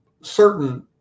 certain